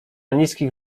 niskich